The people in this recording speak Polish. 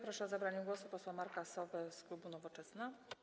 Proszę o zabranie głosu posła Marka Sowę z klubu Nowoczesna.